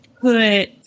put